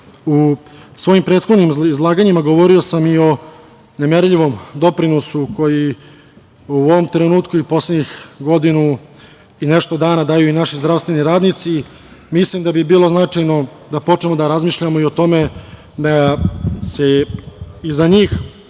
svojim prethodnim izlaganjima govorio sam i o nemerljivom doprinosu koji u ovom trenutku i poslednjih godinu i nešto dana daju i naši zdravstveni radnici. Mislim da bi bilo značajno da počnemo da razmišljamo i o tome da se i za njih